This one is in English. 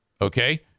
Okay